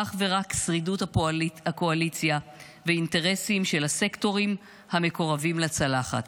אך ורק שרידות הקואליציה ואינטרסים של הסקטורים המקורבים לצלחת,